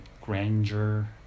grandeur